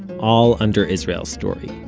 all under israel story.